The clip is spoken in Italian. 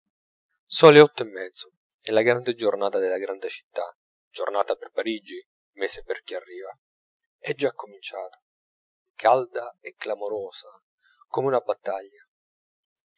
sono le otto e mezzo e la grande giornata della grande città giornata per parigi mese per chi arriva è già cominciata calda e clamorosa come una battaglia